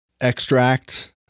extract